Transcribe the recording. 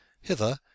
Hither